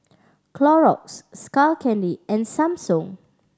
Clorox Skull Candy and Samsung